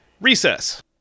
Recess